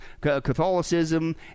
Catholicism